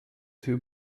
too